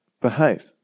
behave